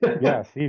Yes